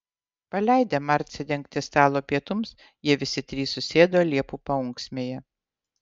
paleidę marcę dengti stalo pietums jie visi trys susėdo liepų paūksmėje